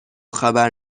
خبر